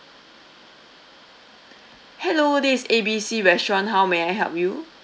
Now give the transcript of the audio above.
hello this is A B C restaurant how may I help you